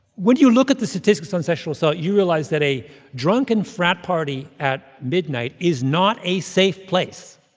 when you look at the statistics on sexual assault, you realize that a drunken frat party at midnight is not a safe place,